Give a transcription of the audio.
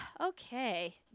okay